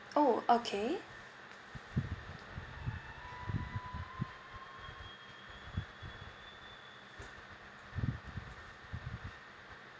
oh okay